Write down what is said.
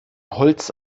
holz